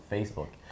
Facebook